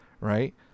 Right